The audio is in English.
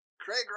Craig